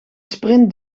sprint